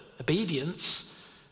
obedience